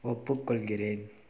ஒப்புக்கொள்கிறேன்